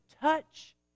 touch